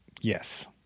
Yes